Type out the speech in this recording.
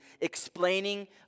explaining